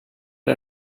der